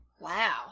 Wow